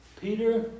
Peter